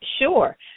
Sure